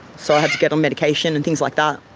so i had to get on medication and things like that.